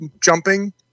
jumping